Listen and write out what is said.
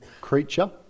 creature